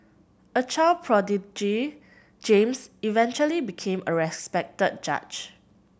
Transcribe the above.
a child prodigy James eventually became a respected judge